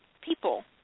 people